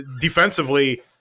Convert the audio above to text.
defensively